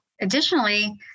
additionally